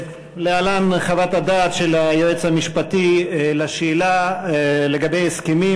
להלן חוות הדעת של היועץ המשפטי לשאלה לגבי הסכמים,